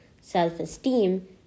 self-esteem